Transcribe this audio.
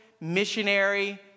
missionary